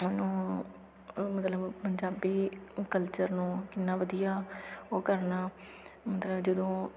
ਉਹਨੂੰ ਅ ਮਤਲਵ ਪੰਜਾਬੀ ਕਲਚਰ ਨੂੰ ਕਿੰਨਾ ਵਧੀਆ ਉਹ ਕਰਨਾ ਮਤਲਵ ਜਦੋਂ